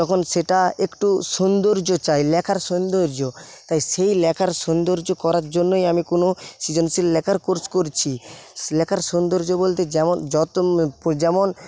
তখন সেটা একটু সৌন্দর্য চায় লেখার সৌন্দর্য তাই সেই লেখার সৌন্দর্য করার জন্যই আমি কোনো সৃজনশীল লেখার কোর্স করছি লেখার সুন্দর্য বলতে যেমন যেমন